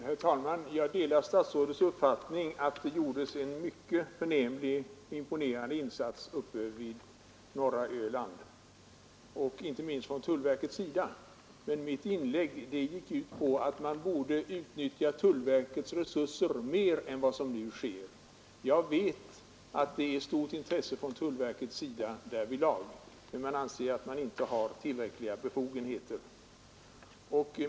Herr talman! Jag delar statsrådets uppfattning att det gjordes en mycket förnämlig och imponerande insats vid norra Öland, inte minst från tullverkets sida, men mitt inlägg gick ut på att man borde utnyttja tullverkets resurser mer än vad som nu sker. Jag vet att det finns stort intresse från tullverkets sida därvidlag, men man anser att man inte har tillräckliga befogenheter.